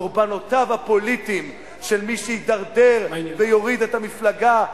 קורבנותיו הפוליטיים של מי שידרדר ויוריד את המפלגה,